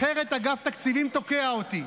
אחרת אגף תקציבים תוקע אותי.